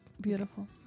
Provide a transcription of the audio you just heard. beautiful